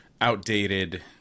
outdated